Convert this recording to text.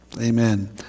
Amen